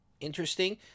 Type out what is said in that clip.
Interesting